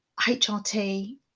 HRT